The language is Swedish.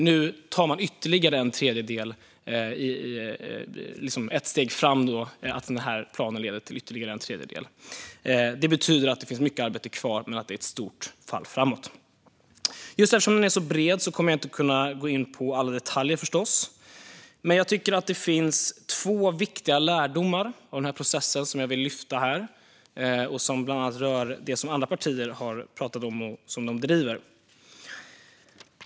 Med den här planen tar man steg framåt med ytterligare en tredjedel. Det är ett stort fall framåt, även om det finns mycket arbete kvar. Just eftersom planen är så bred kommer jag förstås inte att kunna gå in på alla detaljer. Det finns dock två viktiga lärdomar av processen som jag vill lyfta här och som bland annat rör det som andra partier har pratat om och driver.